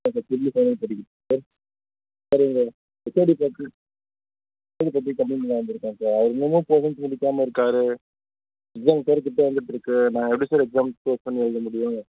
ஆ sir triple E final year படிக்கிறேன் sir sir எங்கள் HOD பற்றி ஹெச்ஓடி பற்றி கம்ப்ளைண்ட் பண்ண வந்திருக்கோம் சார் அவர் இன்னுமும் போஷன்ஸ் முடிக்காமல் இருக்கார் எக்ஸாம்ஸ் வேறு கிட்டே வந்துகிட்டுருக்கு நாங்கள் எப்படி சார் எக்ஸாமுக்கு ப்ரிப்பர் பண்ணி எழுத முடியும்